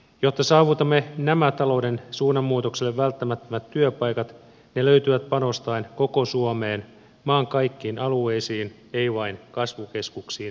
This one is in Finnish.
jotta saavutamme nämä talouden suunnanmuutokselle välttämättömät työpaikat ne löytyvät panostaen koko suomeen maan kaikkiin alueisiin ei vain kasvukeskuksiin ei vain pääkaupunkiseudulle